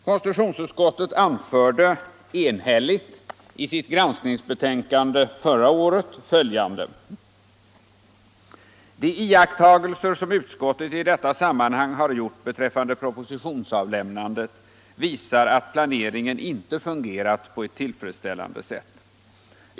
Konstitutionsutskottet anförde enhälligt i sitt granskningsbetänkande förra året följande: ”De iakttagelser som utskottet i detta sammanhang har gjort beträffande propositionsavlämnandet visar att planeringen inte fungerat på ett tillfredsställande sätt.